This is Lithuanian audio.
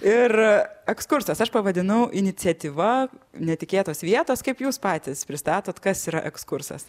ir ekskursas aš pavadinau iniciatyva netikėtos vietos kaip jūs patys pristatot kas yra ekskursas